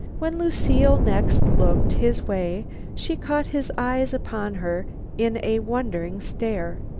when lucile next looked his way she caught his eyes upon her in a wondering stare.